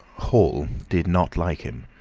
hall did not like him,